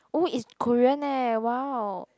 oh is Korean eh wow